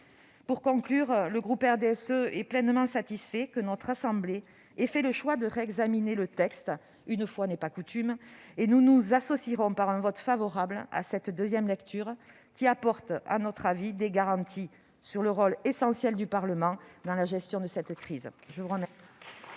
Pour conclure, le groupe du RDSE est pleinement satisfait que notre assemblée ait fait le choix de réexaminer le texte- une fois n'est pas coutume ! Nous nous associerons par un vote favorable à cette nouvelle lecture, qui nous semble apporter des garanties sur le rôle essentiel du Parlement dans la gestion de cette crise.